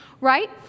right